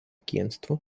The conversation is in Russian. агентству